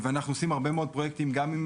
אנחנו עושים הרבה מאוד פרויקטים גם עם